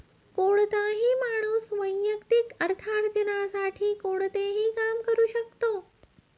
कोणताही माणूस वैयक्तिक अर्थार्जनासाठी कोणतेही काम करू शकतो